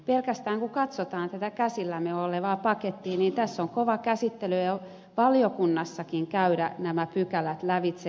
kun katsotaan pelkästään tätä käsillämme olevaa pakettia tässä on kova käsittely jo valiokunnassakin käydä nämä pykälät lävitse